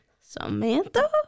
Samantha